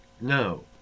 no